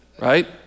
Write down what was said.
right